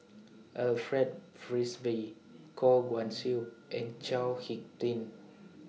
Alfred Frisby Goh Guan Siew and Chao Hick Tin